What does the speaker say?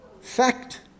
fact